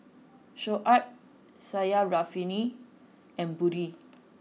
Shoaib Syarafina and Budi